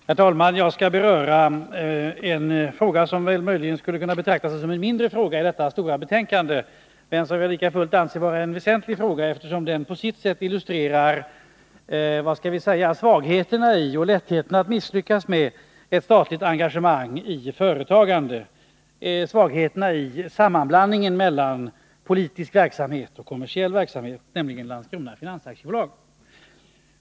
Herr talman! Jag skall beröra en fråga som väl möjligen skulle kunna betraktas som en mindre fråga i detta stora betänkande, men som jag likafullt anser vara en väsentlig fråga, eftersom den på sitt sätt illustrerar svagheterna i, och lättheten att misslyckas med, ett statligt engagemang i företagandet — svagheterna i sammanblandningen mellan politisk verksamhet och kommersiell verksamhet. Det gäller Landskrona Finans AB.